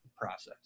process